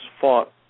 fought